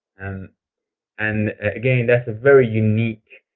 and and again, that's a very unique